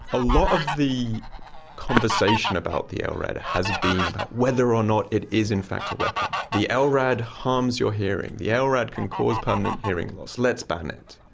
a lot of the conversation about the ah lrad has been about whether or not it is in fact a weapon. the ah lrad harms your hearing, the yeah lrad can cause permanent hearing loss, let's ban it.